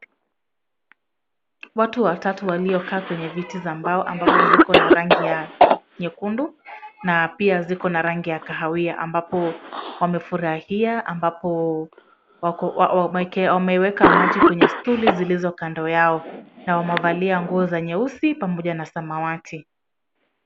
Watu watatu waliokaa kwenye viti za mbao ambavyo ziko na rangi ya nyekundu na pia ziko na rangi ya kahawia, ambapo wamefurahia, ambapo wameweka maji kwenye stuli zilizo kando yao. Na wamevalia nguo za nyeusi pamoja na samawati.